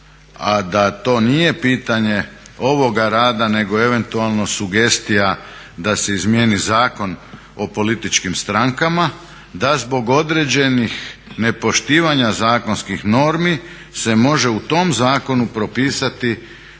a da to nije pitanje ovoga rada, nego eventualno sugestija da se izmijeni Zakon o političkim strankama, da zbog određenih nepoštivanja zakonskih normi se može u tom zakonu propisati